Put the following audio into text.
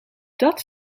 dat